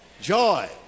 joy